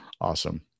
Awesome